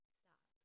stop